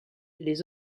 les